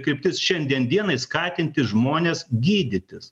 kryptis šiandien dienai skatinti žmones gydytis